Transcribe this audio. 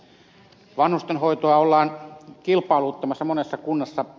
vanhustenhoitoa ollaan kilpailuttamassa monessa kunnassa